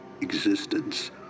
existence